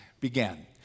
began